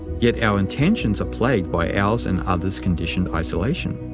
yet our intentions are plagued by ours and others' conditioned isolation.